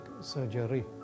surgery